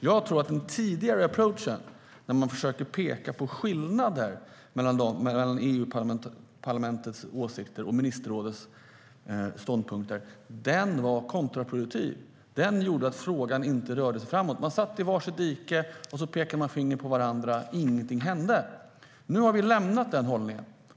Jag tror att den tidigare approachen, där man försökte peka på skillnader mellan EU-parlamentets åsikter och ministerrådets ståndpunkter, var kontraproduktiv och gjorde att frågan inte rörde sig framåt. Man satt i var sitt dike och pekade finger åt varandra, och ingenting hände. Nu har vi lämnat den hållningen.